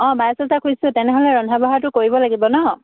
অঁ বাইছ হেজাৰ খুজিছোঁ তেনেহ'লে ৰন্ধা বঢ়াটো কৰিব লাগিব নহ্